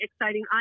exciting